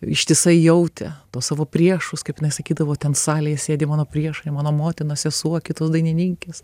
ištisai jautė tuos savo priešus kaip jinai sakydavo ten salėje sėdi mano priešai mano motinos sesuo kitos dainininkės